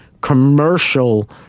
commercial